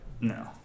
no